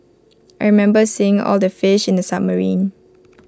I remember seeing all the fish in the submarine